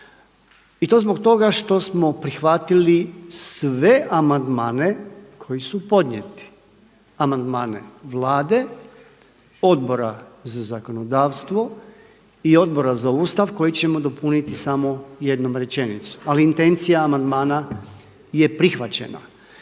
i to zbog toga što smo prihvatili sve amandmane koji su podnijeti. Amandmane Vlade, Odbora za zakonodavstvo i Odbora za Ustav koji ćemo dopuniti samo jednom rečenicom. Ali intencija amandmana je prihvaćena.